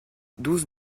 douze